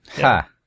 Ha